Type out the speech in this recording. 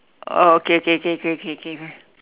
oh okay okay okay okay okay okay okay